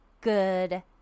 good